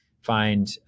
find